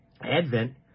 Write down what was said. Advent